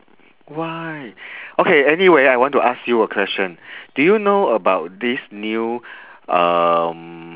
why okay anyway I want to ask you a question do you know about this new um